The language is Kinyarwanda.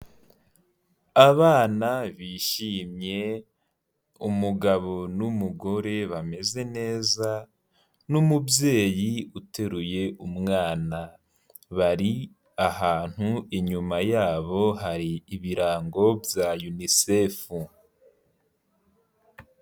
Abana bishimye, umugabo n'umugore bameze neza n'umubyeyi uteruye umwana bari ahantu, inyuma yabo hari ibirango bya yunisefu.